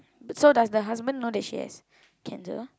so does the husband know that she has cancer